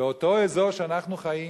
באותו אזור שאנחנו חיים